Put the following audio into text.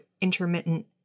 intermittent